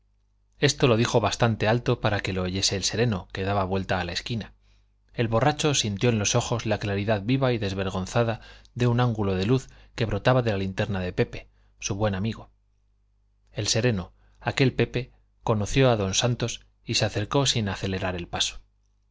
esto lo dijo bastante alto para que lo oyese el sereno que daba vuelta a la esquina el borracho sintió en los ojos la claridad viva y desvergonzada de un ángulo de luz que brotaba de la linterna de pepe su buen amigo el sereno aquel pepe conoció a don santos y se acercó sin acelerar el paso